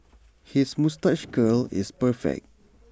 his moustache curl is perfect